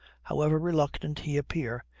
however reluctant he appear,